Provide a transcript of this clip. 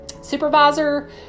supervisor